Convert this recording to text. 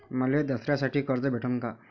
मले दसऱ्यासाठी कर्ज भेटन का?